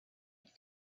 had